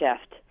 shift